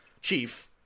chief